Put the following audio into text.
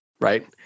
right